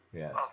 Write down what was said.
yes